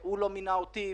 שהוא לא מינה אותי,